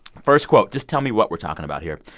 first quote just tell me what we're talking about here.